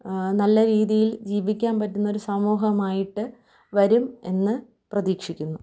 നല്ല രീതിയിൽ ജീവിക്കാൻ പറ്റുന്നൊരു സമൂഹമായിട്ട് വരും എന്ന് പ്രതീക്ഷിക്കുന്നു